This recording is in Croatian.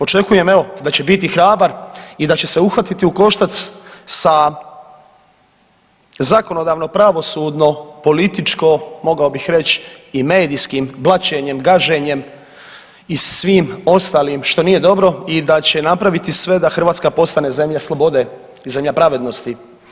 Očekujem evo da će biti hrabar i da će se uhvatiti u koštac sa zakonodavno pravosudno političko mogao bi reći i medijskim blaćenjem, gaženjem i svim ostalim što nije dobro i da će napraviti sve da Hrvatska postane zemlja slobode i zemlja pravednosti.